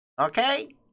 Okay